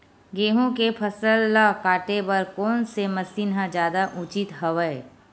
गेहूं के फसल ल काटे बर कोन से मशीन ह जादा उचित हवय?